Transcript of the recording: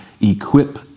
equip